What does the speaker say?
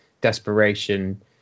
desperation